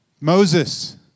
Moses